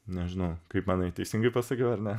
nežinau kaip manai teisingai pasakiau ar ne